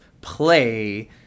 play